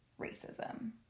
racism